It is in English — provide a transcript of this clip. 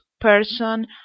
person